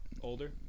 Older